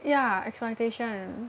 ya exploitation